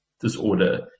disorder